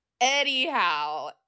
anyhow